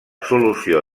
solució